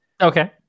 Okay